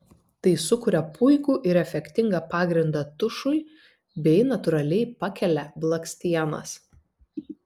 tai sukuria puikų ir efektingą pagrindą tušui bei natūraliai pakelia blakstienas